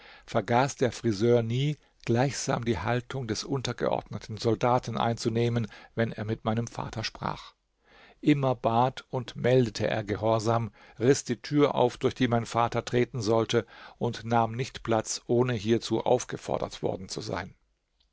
vergaß der friseur nie gleichsam die haltung des untergeordneten soldaten einzunehmen wenn er mit meinem vater sprach immer bat und meldete er gehorsam riß die tür auf durch die mein vater treten sollte und nahm nicht platz ohne hiezu aufgefordert worden zu sein